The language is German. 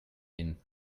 ihn